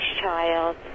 child